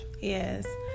Yes